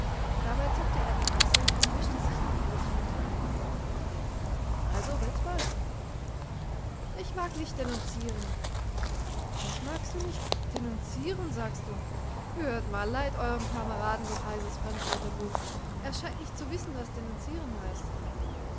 dabei zuckte er die achselu und wischte sich die lohe von den kleidern also wirds bald ich mag nicht denunzieren was magst du nicht denunzieren sagst du hört mal leiht euerm kameraden doch heyses fremdwörterbuch er scheint nicht zu wissen was denunzieren heißt